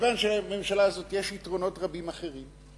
מכיוון שלממשלה הזאת יש יתרונות רבים אחרים,